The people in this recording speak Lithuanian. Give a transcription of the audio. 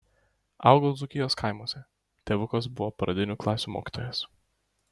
augau dzūkijos kaimuose tėvukas buvo pradinių klasių mokytojas